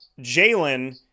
Jalen